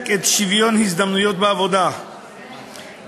את שוויון ההזדמנויות בעבודה באמצעות